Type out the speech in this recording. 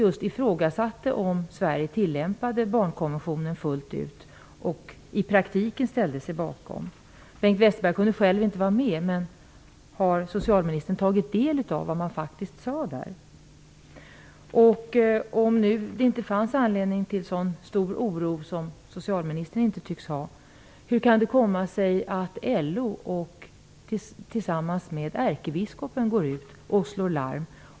Det ifrågasattes om Sverige i praktiken ställer sig bakom och tillämpar barnkonventionen fullt ut. Bengt Westerberg kunde själv inte vara med. Har socialministern tagit del av vad som faktiskt sades där? Om det inte finns anledning till någon oro, vilket socialministern ger uttryck för, hur kan det komma sig att LO tillsammans med ärkebiskopen har slagit larm?